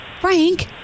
Frank